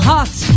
Hot